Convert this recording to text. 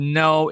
no